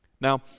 Now